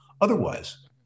otherwise